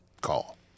call